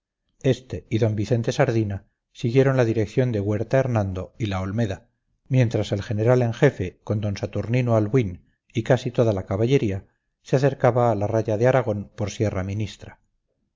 este y d vicente sardina siguieron la dirección de huerta hernando y la olmeda mientras el general en jefe con d saturnino albuín y casi toda la caballería se acercaba a la raya de aragón por sierra ministra